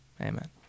Amen